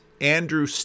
Andrew